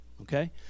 Okay